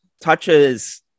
touches